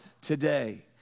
today